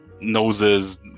noses